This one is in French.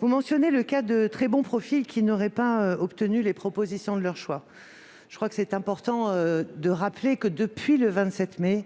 Vous mentionnez le cas de très bons profils qui n'auraient pas obtenu les propositions de leur choix. Il me semble important de le répéter, depuis le 27 mai